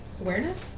Awareness